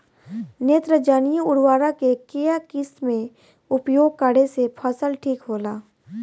नेत्रजनीय उर्वरक के केय किस्त मे उपयोग करे से फसल ठीक होला?